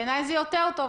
בעיניי זה יותר טוב.